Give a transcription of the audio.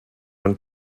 man